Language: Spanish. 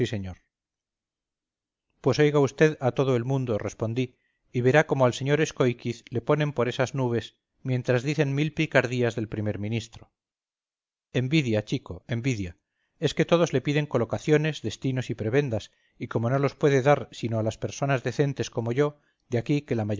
señor pues oiga usted a todo el mundo respondí y verá cómo al sr escóiquiz le ponen por esas nubes mientras dicen mil picardías del primer ministro envidia chico envidia es que todos le piden colocaciones destinos y prebendas y como no los puede dar sino a las personas decentes como yo de aquí que la